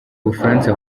bufaransa